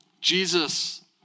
Jesus